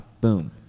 boom